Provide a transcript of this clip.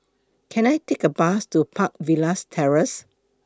Can I Take A Bus to Park Villas Terrace